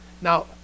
now